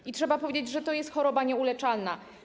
I trzeba powiedzieć, że to jest choroba nieuleczalna.